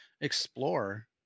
explore